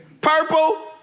Purple